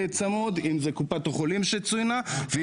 אנחנו חלק מהמגיבים הראשונים ואנחנו